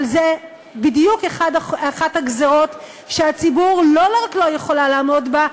אבל זה בדיוק אחת הגזירות שהציבור לא רק לא יכולה לעמוד בה,